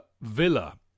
Villa